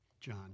John